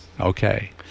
Okay